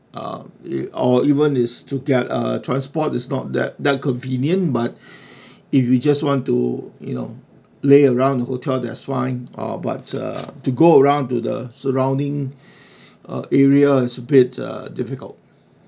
uh or even it's to get a transport is not that that convenient but if we just want to you know lay around the hotel that's fine uh but uh to go around to the surrounding uh area it's a bit uh difficult